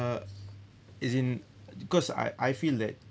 as in because I I feel that